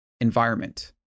Environment